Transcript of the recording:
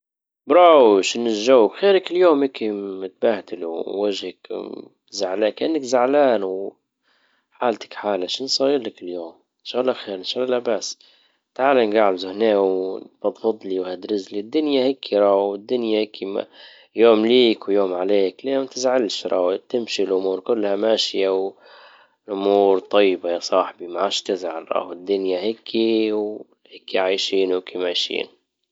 براو شنو الجو، خيرك اليوم هكى متبهدل ووجهك زعلان- كانك زعلان وحالتك حالة شنو صاير لك اليوم؟! تعال نجعبزوا هني فضفضلى وهدرس لي الدنيا هيكى والدنيا هكى يوم ليك ويوم عليك. اليوم متزعلش تمشي الامور كلها ماشيه و الامور طيبه يا صاحبى. معادش تزعل الدنيا هكى وهكى عايشين وهكى عايشين.